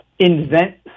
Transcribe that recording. invent